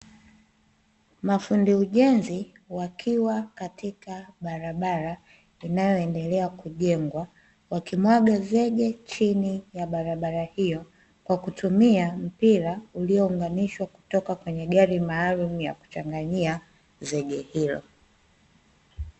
Mafundi ujenzi wakiwa katika barabara inayoendelea kujengwa wakimwaga zege chini ya barabara hiyo kwa kutumia mpira uliounganishwa kutoka kwenye gari maalum ya kuchanganyia zege hilo.